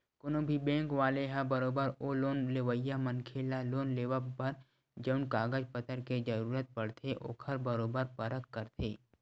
कोनो भी बेंक वाले ह बरोबर ओ लोन लेवइया मनखे ल लोन लेवब बर जउन कागज पतर के जरुरत पड़थे ओखर बरोबर परख करथे